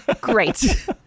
Great